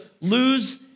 lose